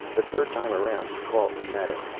the third time around he called to meta.